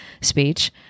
speech